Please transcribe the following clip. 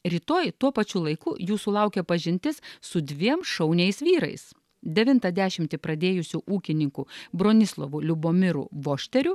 rytoj tuo pačiu laiku jūsų laukia pažintis su dviem šauniais vyrais devintą dešimtį pradėjusiu ūkininku bronislovu liubomiru vošteriu